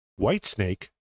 Whitesnake